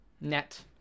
net